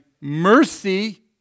mercy